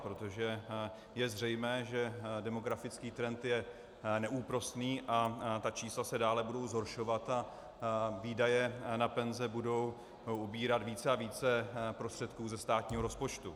Protože je zřejmé, že demografický trend je neúprosný a ta čísla se dále budou zhoršovat a výdaje na penze budou ubírat více a více prostředků ze státního rozpočtu.